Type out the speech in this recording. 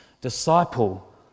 disciple